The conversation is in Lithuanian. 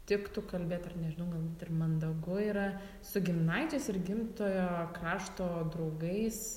tiktų kalbėt ar nežinau galbūt ir mandagu yra su giminaičiais ir gimtojo krašto draugais